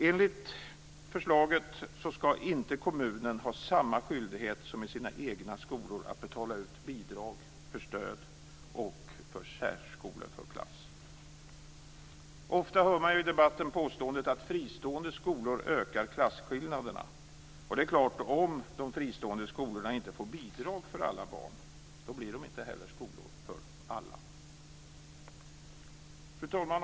Enligt förslaget skall kommunen inte ha samma skyldighet som i sina egna skolor att betala ut bidrag för stöd och för särförskoleklass. Ofta hör man i debatten påståendet att fristående skolor ökar klassskillnaderna. Om de fristående skolorna inte får bidrag för alla barn är det klart att de inte heller blir skolor för alla. Fru talman!